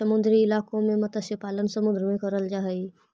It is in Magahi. समुद्री इलाकों में मत्स्य पालन समुद्र में करल जा हई